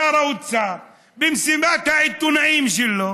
שר האוצר, מסיבת העיתונאים שלו